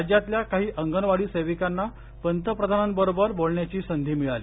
राज्यातल्या काही अंगणवाडीसेविकांना पतप्रधानांबरोबर बोलण्याची संधी मिळाली